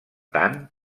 tant